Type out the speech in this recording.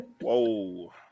Whoa